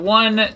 one